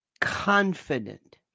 confident